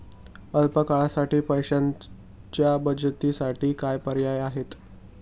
अल्प काळासाठी पैशाच्या बचतीसाठी काय पर्याय आहेत?